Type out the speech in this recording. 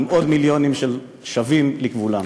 עם עוד מיליונים ששבים לגבולם.